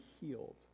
healed